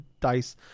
dice